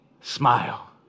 Smile